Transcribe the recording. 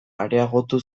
areagotu